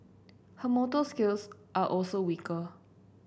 her motor skills are also weaker